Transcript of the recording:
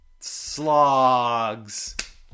Slogs